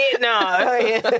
No